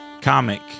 comic